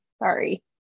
sorry